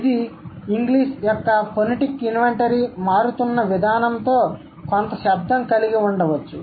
అది ఇంగ్లీష్ యొక్క phonetic inventory మారుతున్న విధానంతో కొంత సంబంధం కలిగి ఉండవచ్చు